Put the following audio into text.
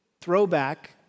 throwback